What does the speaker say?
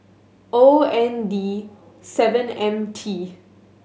O N D seven M T